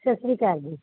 ਸਤਿ ਸ਼੍ਰੀ ਅਕਾਲ ਜੀ